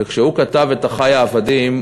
וכשהוא כתב את "אחי העבדים",